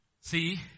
See